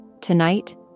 Tonight